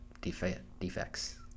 defects